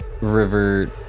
river